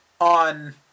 on